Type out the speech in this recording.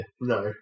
No